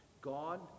God